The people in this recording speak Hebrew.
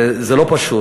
זה לא פשוט.